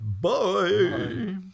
bye